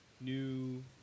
new